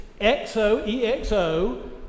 X-O-E-X-O